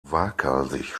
waghalsig